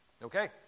Okay